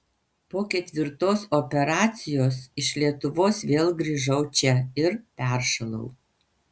po ketvirtos operacijos iš lietuvos vėl grįžau čia ir peršalau